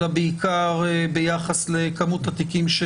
אלא גם לגבי המקרים שבהם נפתחו תיקים.